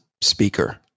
speaker